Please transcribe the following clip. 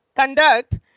conduct